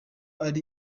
ari